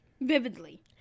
Vividly